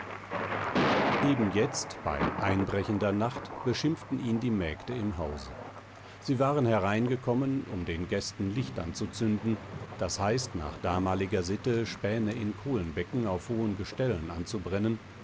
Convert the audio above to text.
eben jetzt bei einbrechender nacht beschimpften ihn die mägde im hause sie waren hereingekommen um den gästen licht anzuzünden das heißt nach damaliger sitte späne in kohlenbecken auf hohen gestellen anzubrennen